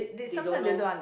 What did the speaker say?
they don't know